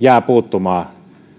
jäävät puuttumaan